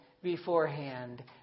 beforehand